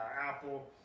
Apple